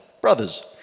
Brothers